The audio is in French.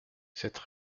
cette